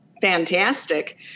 fantastic